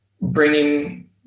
bringing